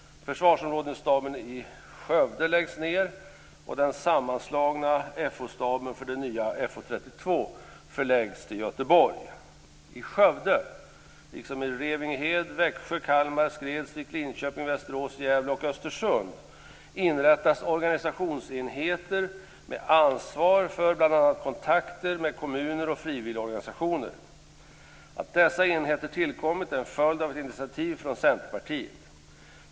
Försvarsområdesstaben i Skövde läggs ned, och den sammanslagna FO-staben för det nya FO 32 förläggs till Göteborg. kontakter med kommuner och frivilligorganisationer. Att dessa enheter tillkommit är en följd av ett initiativ från Centerpartiet.